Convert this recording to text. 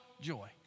joy